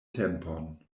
tempon